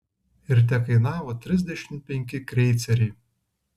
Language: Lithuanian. ir tekainavo trisdešimt penki kreiceriai